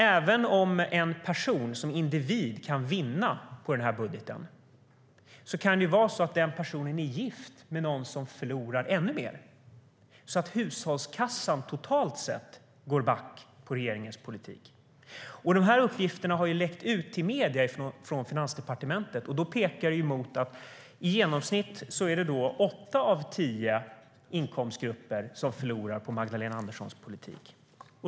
Även om en person som individ kan vinna på denna budget kan det vara så att denna person är gift med någon som förlorar ännu mer, så att hushållskassan totalt sett går back på regeringens politik. Dessa uppgifter har läckt ut till medierna från Finansdepartementet. Det pekar mot att det i genomsnitt är åtta av tio inkomstgrupper som förlorar på Magdalena Anderssons politik.